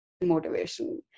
motivation